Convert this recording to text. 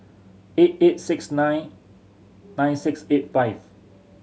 eight eight six nine nine six eight five